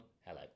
hello